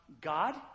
God